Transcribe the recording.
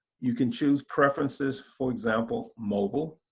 you can choose preferences, for example, mobile.